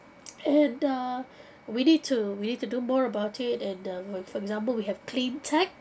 and uh we need to we need to do more about it and the for for example we have clean tech